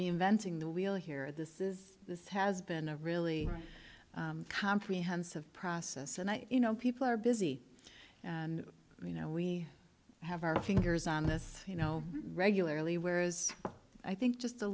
reinventing the wheel here this is this has been a really comprehensive process and you know people are busy and you know we have our fingers on this you know regularly whereas i think just